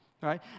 right